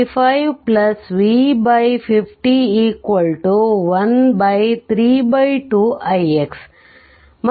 ಮತ್ತು ix V50